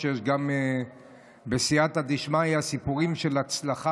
שיש בסייעתא דשמיא גם סיפורים של הצלחה,